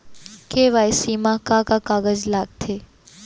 KYC मा का का कागज लगथे?